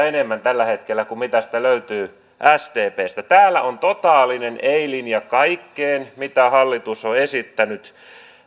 enemmän tällä hetkellä kuin sitä löytyy sdpstä täällä on totaalinen ei linja kaikkeen mitä hallitus on esittänyt